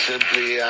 Simply